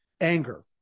anger